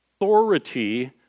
authority